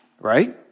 Right